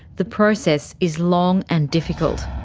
the process is long and difficult.